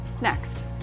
next